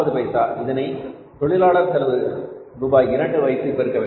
40 இதனை தொழிலாளர் செலவு ரூபாய் 2 வைத்து பெருக்க வேண்டும்